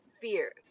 fear